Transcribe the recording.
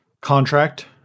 contract